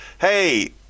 Hey